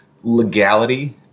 legality